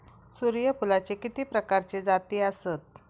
सूर्यफूलाचे किती प्रकारचे जाती आसत?